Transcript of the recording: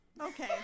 Okay